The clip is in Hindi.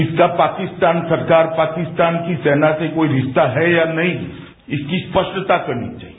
इसका पाकिस्तान सरकार पाकिस्तान की सेना से कोई रिश्ता है या नहीं इसकी स्पष्टता करनी चाहिए